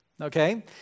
okay